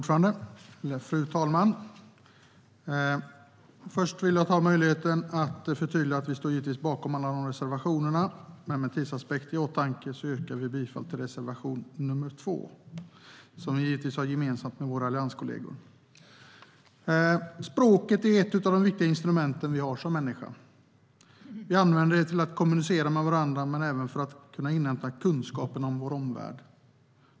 Fru talman! Först vill jag förtydliga att jag givetvis står bakom alla våra reservationer, men med tidsaspekten i åtanke yrkar jag bifall endast till vår och våra allianskollegors gemensamma reservation 2. Språket är ett av de viktigaste instrument vi har som människor. Vi använder det till att kommunicera med varandra men även för att kunna inhämta kunskap om vår omvärld.